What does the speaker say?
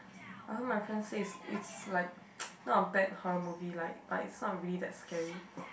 I heard my friend say is it's like not a bad horror movie like but is not really that scary